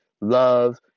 love